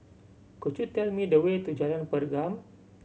could you tell me the way to Jalan Pergam